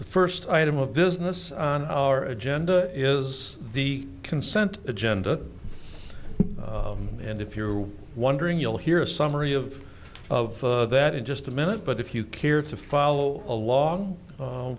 first item of business on our agenda is the consent agenda and if you wondering you'll hear a summary of of that in just a minute but if you care to follow along